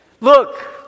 Look